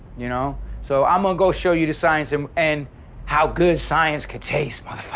you know so i'm gonna go show you the science um and how good science can taste